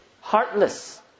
Heartless